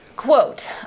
Quote